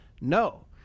No